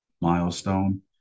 milestone